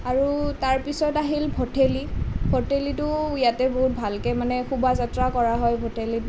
আৰু তাৰ পিছত আহিল ভঠেলি ভঠেলিতো ইয়াতে বহুত ভালকৈ মানে শোভাযাত্ৰা কৰা হয় ভঠেলিত